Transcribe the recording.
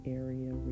area